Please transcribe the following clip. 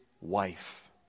wife